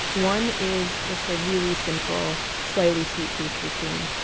one is just a really simple, slightly sweet pastry cream.